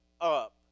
up